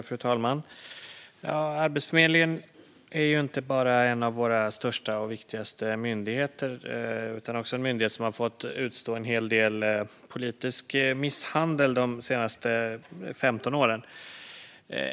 Fru talman! Arbetsförmedlingen är inte bara en av våra största och viktigaste myndigheter, utan också en myndighet som har fått utstå en hel del politisk misshandel de senaste 15 åren.